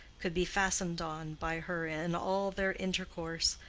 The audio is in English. could be fastened on by her in all their intercourse,